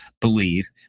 believe